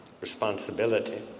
responsibility